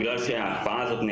בגלל ההקפאה הזאת,